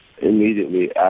immediately